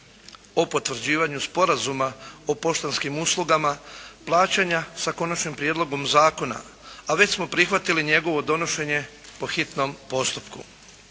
o potvrđivanju Sporazuma o poštanskim uslugama plaćanja, s Konačnim prijedlogom zakona, a već smo prihvatili njegovo donošenje po hitnom postupku.